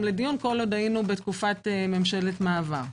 לדיון כל עוד היינו בתקופת ממשלת מעבר.